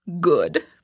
good